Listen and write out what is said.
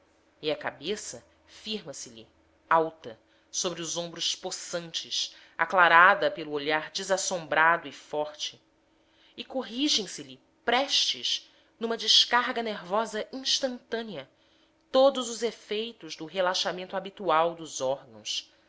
e a cabeça firma se lhe alta sobre os ombros possantes aclarada pelo olhar desassombrado e forte e corrigem se lhe prestes numa descarga nervosa instantânea todos os efeitos do relaxamento habitual dos órgãos